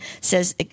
says